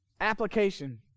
Application